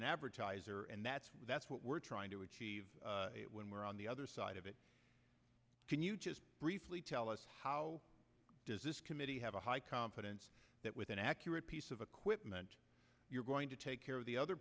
an advertiser and that's that's what we're trying to achieve when we're on the other side of it can you just briefly tell us how does this committee have a high confidence that with an accurate piece of equipment you're going to take care of the other